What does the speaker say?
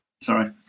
Sorry